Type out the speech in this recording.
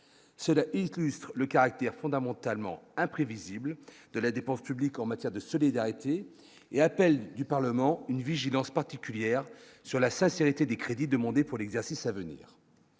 cela et le caractère fondamentalement imprévisibles de la dépense publique en matière de solidarité et appelle du Parlement une vigilance particulière sur la sincérité des crédits demandés pour l'exercice à venir,